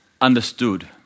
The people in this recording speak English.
understood